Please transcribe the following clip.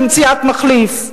למציאת מחליף,